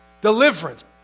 deliverance